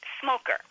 Smoker